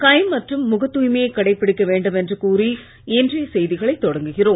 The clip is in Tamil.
கை மற்றும் முகத் தூய்மையை கடைபிடிக்க வேண்டும் என்று கூறி இன்றைய செய்திகளை தொடங்குகிறோம்